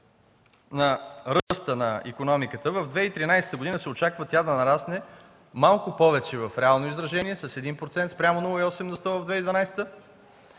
на ръста на икономиката в 2013 г. се очаква тя да нарасне малко повече в реално изражение – с 1% спрямо 0,8 на сто в 2012